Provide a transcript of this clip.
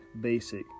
basic